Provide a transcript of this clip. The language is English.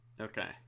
Okay